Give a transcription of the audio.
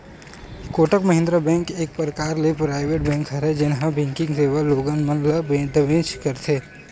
Kotak Mahindra bank एक परकार ले पराइवेट बेंक हरय जेनहा बेंकिग सेवा लोगन मन ल देबेंच करथे